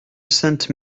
sainte